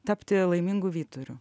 tapti laimingu vyturiu